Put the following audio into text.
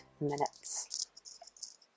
minutes